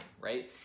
right